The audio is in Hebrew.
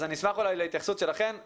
אז אני אשמח להתייחסות שלכן.